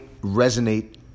resonate